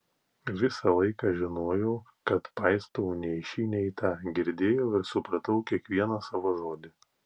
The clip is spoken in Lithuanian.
visą laiką žinojau kad paistau nei šį nei tą girdėjau ir supratau kiekvieną savo žodį